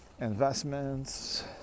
investments